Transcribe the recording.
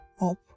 up